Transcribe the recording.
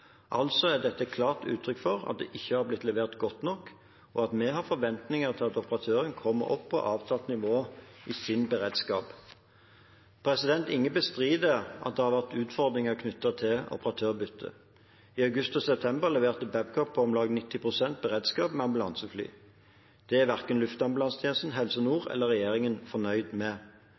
Altså er dette et klart uttrykk for at det ikke har blitt levert godt nok, og at vi har forventninger til at operatøren kommer opp på avtalt nivå i sin beredskap. Ingen bestrider at det har vært utfordringer knyttet til operatørbyttet. I august og september leverte Babcock om lag 90 pst. beredskap med ambulansefly. Det er verken Luftambulansetjenesten, Helse Nord eller regjeringen fornøyd med.